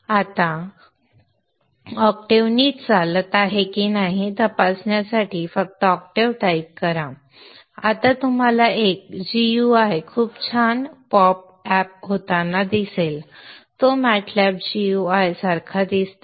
आता सप्तक नीट चालत आहे की नाही हे तपासण्यासाठी फक्त ऑक्टेव्ह टाईप करा आता तुम्हाला एक gui खूप छान gui पॉप अप होताना दिसेल तो MATLAB gui सारखा दिसतो